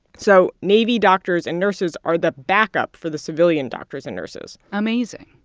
so navy doctors and nurses are the backup for the civilian doctors and nurses amazing.